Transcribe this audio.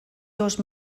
dos